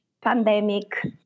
pandemic